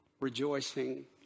rejoicing